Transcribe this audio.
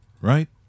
right